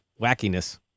Wackiness